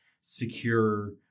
secure